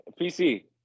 pc